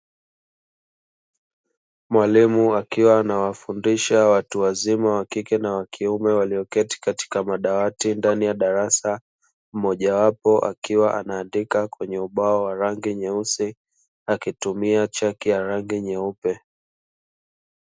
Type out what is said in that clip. Mwalimu akiwa anawafundisha watu wazima wa kike na wa kiume walioketi katika madawati ndani ya darasa, mmoja wapo akiwa anaandika kwenye ubao wa rangi nyeusi, akitumia chaki ya rangi nyeupe.